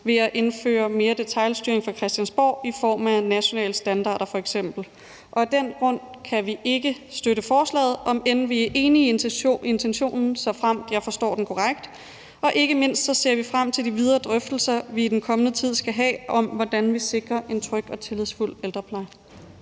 ved at indføre mere detailstyring fra Christiansborgs side i form af f.eks. nationale standarder. Og af den grund kan vi ikke støtte forslaget, om end vi er enige i intentionen, såfremt jeg forstår den korrekt, og ikke mindst ser vi frem til de videre drøftelser, vi i den kommende tid skal have, om, hvordan vi sikrer en tryg og tillidsfuld ældrepleje.